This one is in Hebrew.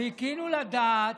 חיכינו לדעת,